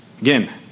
Again